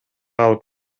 алып